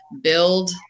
build